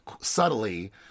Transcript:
subtly